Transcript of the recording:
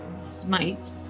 Smite